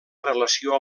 relació